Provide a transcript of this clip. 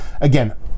again